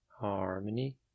harmony